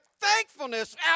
thankfulness